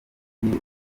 kandi